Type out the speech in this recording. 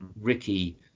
ricky